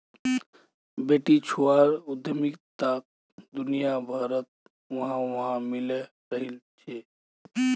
बेटीछुआर उद्यमिताक दुनियाभरत वाह वाह मिले रहिल छे